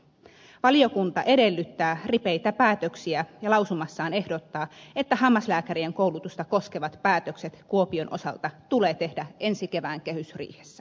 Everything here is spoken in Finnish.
valiokunta edellyttää ripeitä päätöksiä ja lausumassaan ehdottaa että hammaslääkärien koulutusta koskevat päätökset kuopion osalta tulee tehdä ensi kevään kehysriihessä